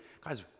guys